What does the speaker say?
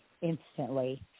instantly